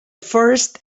first